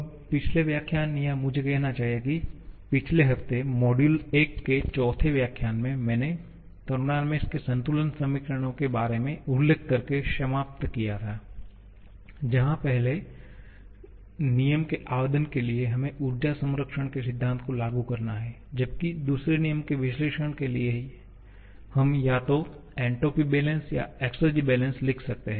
अब पिछले व्याख्यान या मुझे कहना चाहिए की पिछले हफ्ते मॉड्यूल 1 के चौथे व्याख्यान में मैंने थर्मोडायनामिक्स के संतुलन समीकरणों के बारे में उल्लेख करके समाप्त किया था जहां पहले नियम के आवेदन के लिए हमें ऊर्जा संरक्षण के सिद्धांत को लागू करना है जबकि दूसरे नियम के विश्लेषण के लिए हम या तो एन्ट्रॉपी बैलेंस या एक्सेरजी बैलेंस लिख सकते हैं